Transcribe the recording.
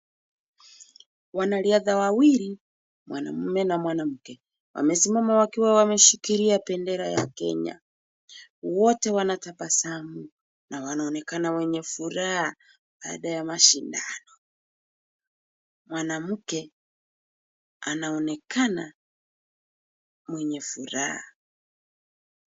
Wanariadha wawili mwanamume na mwanamke wamesimama wakiwa wameshikilia bendera ya Kenya wote wanatabasamu na wanaonekana wenye furaha baada ya mashindano, mwanamke anaonekana mwenye furaha.